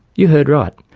you heard right,